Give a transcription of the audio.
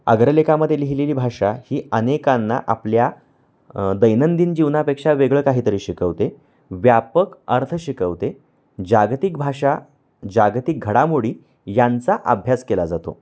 अग्रलेखामध्ये लिहिलेली भाषा ही अनेकांना आपल्या दैनंदिन जीवनापेक्षा वेगळं काहीतरी शिकवते व्यापक अर्थ शिकवते जागतिक भाषा जागतिक घडामोडी यांचा अभ्यास केला जातो